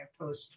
post